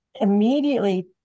immediately